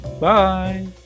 Bye